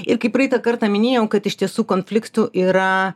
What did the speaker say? ir kaip praeitą kartą minėjau kad iš tiesų konfliktų yra